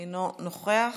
אינו נוכח,